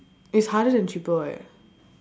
it's harder than triple eh